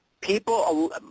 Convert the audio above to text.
people